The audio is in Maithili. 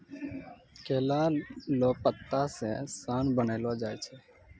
केला लो पत्ता से सन बनैलो जाय छै